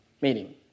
meeting